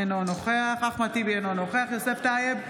אינו נוכח אחמד טיבי, אינו נוכח יוסף טייב,